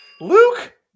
Luke